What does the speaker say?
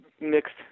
mixed